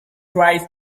tries